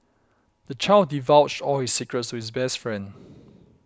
the child divulged all his secrets to his best friend